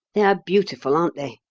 they are beautiful, aren't they?